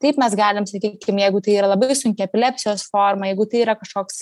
taip mes galim sakykim jeigu tai yra labai sunki epilepsijos forma jeigu tai yra kažkoks